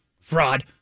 Fraud